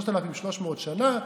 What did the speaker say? שלושת אלפים ושלוש מאות שנה,